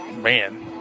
Man